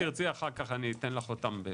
אם תרצי אחר כך אני אתן לך אותם.